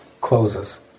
closes